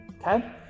okay